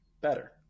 better